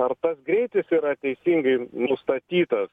ar tas greitis yra teisingai nustatytas